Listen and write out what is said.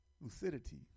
lucidity